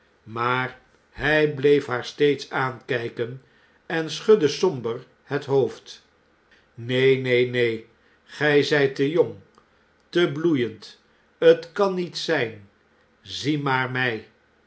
maar hij bleef haar steeds aankijken en schudde somber het hoofd jneen neen neen neen gij zijt te jong te bloeiend t kan niet zijn zie maar trig